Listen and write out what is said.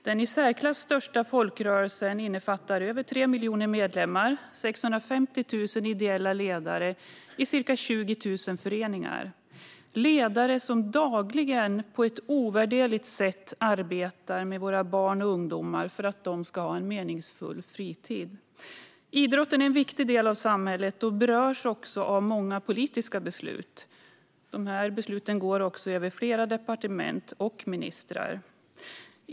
Denna i särklass största folkrörelse innefattar över 3 miljoner medlemmar och 650 000 ideella ledare i ca 20 000 föreningar - ledare som dagligen på ett ovärderligt sätt arbetar med våra barn och ungdomar för att de ska ha en meningsfull fritid. Idrotten är en viktig del av samhället och berörs också av många politiska beslut. Dessa beslut går också över flera departement och ministrar.